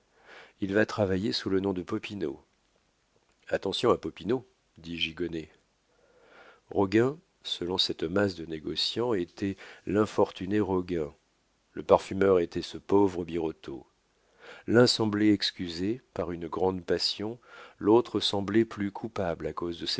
il va travailler sous le nom de popinot attention à popinot dit gigonnet roguin selon cette masse de négociants était l'infortuné roguin le parfumeur était ce pauvre birotteau l'un semblait excusé par une grande passion l'autre semblait plus coupable à cause de